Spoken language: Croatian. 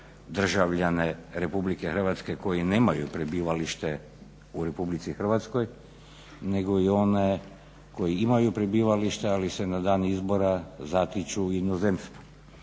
državljane RH koji nemaju prebivalište u RH nego i one koji imaju prebivalište ali se na dan izbora zatiču u inozemstvu